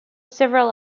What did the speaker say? several